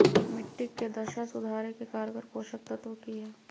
मिट्टी के दशा सुधारे के कारगर पोषक तत्व की है?